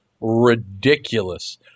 ridiculous